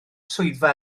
swyddfa